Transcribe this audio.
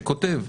שכותב: